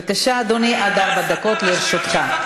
בבקשה, אדוני, עד ארבע דקות לרשותך.